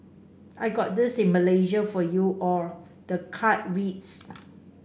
I got this in Malaysia for you all the card reads